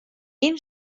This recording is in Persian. این